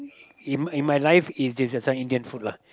in in my life is this uh this one Indian food lah